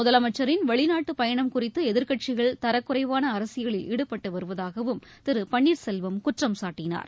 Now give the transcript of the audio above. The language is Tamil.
முதலமைச்சரின் வெளிநாட்டுப் பயணம் குறித்து எதிர்க்கட்சிகள் தரக்குறைவான அரசியலில் ஈடுபட்டு வருவதாகவும் திரு பன்னீர்செல்வம் குற்றம் சாட்டினார்